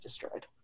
destroyed